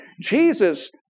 Jesus